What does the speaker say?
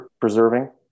preserving